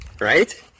Right